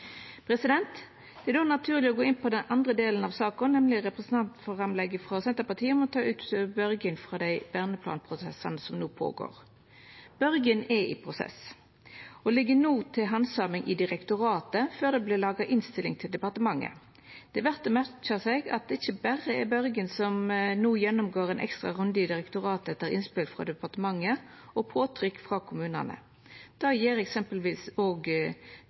Det er då naturleg å gå inn på den andre delen av saka, nemleg representantframlegget frå Senterpartiet om å ta ut Børgin frå dei verneplanprosessane som er i gang. Børgin er i prosess og ligg no til handsaming i direktoratet før det vert laga innstilling til departementet. Det er verdt å merka seg at det ikkje berre er Børgin som no gjennomgår ein ekstra runde i direktoratet etter innspel frå departementet og påtrykk frå kommunane. Det gjer eksempelvis også Krossfjorden og